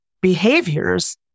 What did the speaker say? behaviors